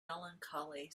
melancholy